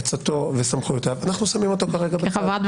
עצתו וסמכויותיו אנחנו שמים בצד.